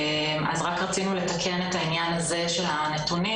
אז רק רצינו לתקן את העניין הזה של הנתונים,